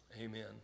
Amen